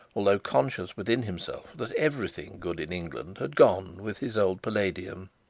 although conscious within himself that everything good in england had gone with his old palladium.